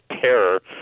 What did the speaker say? terror